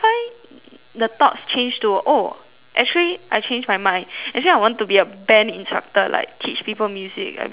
the thoughts change to oh actually I change my mind actually I want to be a band instructor like teach people music like be like why not